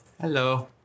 Hello